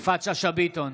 יפעת שאשא ביטון,